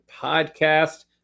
podcast